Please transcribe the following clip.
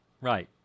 Right